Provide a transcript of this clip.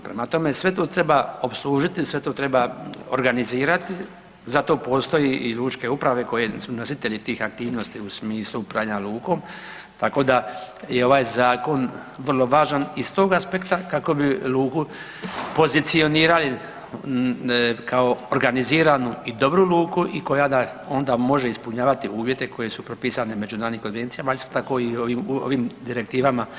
Prema tome, sve to treba opslužiti, sve to treba organizirati, za to postoji i Lučke uprave koje su nositelji tih aktivnosti u smislu upravljanja lukom, tako da je ovaj Zakon vrlo važan i s tog aspekta kako bi luku pozicionirali kao organiziranu i dobru luku i koja onda može ispunjavati uvjete koji su propisani međunarodnim Konvencijama, a isto tako i u ovim Direktivama